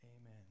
Amen